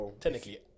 Technically